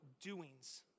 doings